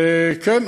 כן,